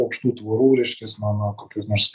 aukštų tvorų reiškias nuo nuo kokių nors